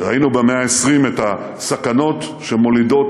ראינו במאה ה-20 את הסכנות שמולידות